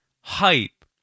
hype